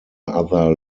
other